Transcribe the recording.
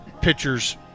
pitchers